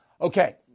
Okay